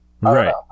right